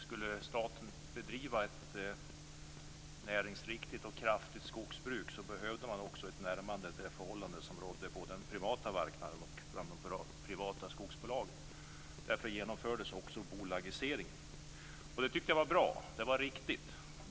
Om staten skulle bedriva ett näringsriktigt och kraftigt skogsbruk behövde man ett närmande till de förhållanden som rådde på den privata marknaden och bland de privata skogsbolagen. Därför genomfördes också bolagiseringen. Det tyckte jag var bra.